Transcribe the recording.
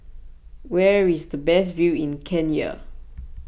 where is the best view in Kenya